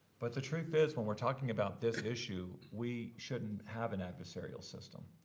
but the truth is, when we're talking about this issue, we shouldn't have an adversarial system.